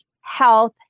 health